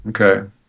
Okay